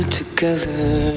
together